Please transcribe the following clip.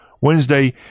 Wednesday